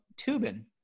Tubin